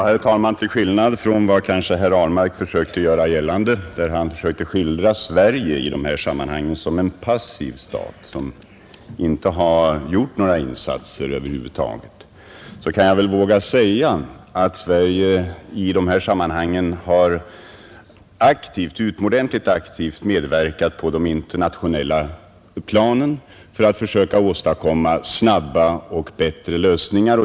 Herr talman! Till skillnad från vad herr Ahlmark kanske försökte göra gällande, när han skildrade Sverige som en passiv stat och som en stat som över huvud taget inte gjort några insatser i dessa sammanhang, vågar jag säga att Sverige här utomordentligt aktivt medverkat på det internationella planet för att försöka åstadkomma snabba och bättre lösningar.